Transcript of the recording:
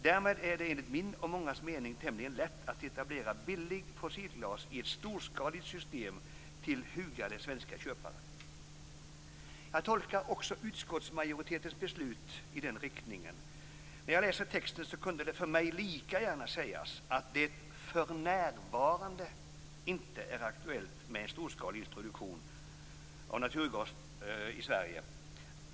Därmed är det enligt min och många andras mening tämligen lätt att etablera billig fossilgas i ett storskaligt system till hugade svenska köpare. Jag tolkar också utskottsmajoritetens beslut i den riktningen. När jag läste texten kunde det för mig lika gärna ha sagts att det för närvarande inte är aktuellt med en storskalig introduktion av naturgas i Sverige.